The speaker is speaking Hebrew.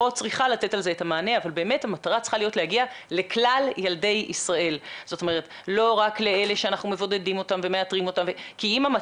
אבל צריך להבין שפה --- שגם אנחנו לצורך